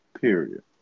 period